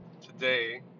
today